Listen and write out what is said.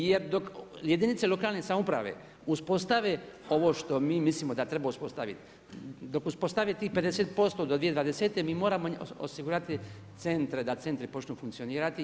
Jer dok jedinice lokalne samouprave uspostave ovo što mi mislimo da treba uspostaviti, dok uspostavi tih 50% do 2020. mi moramo osigurati centre, da centri počnu funkcionirati.